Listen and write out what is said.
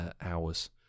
hours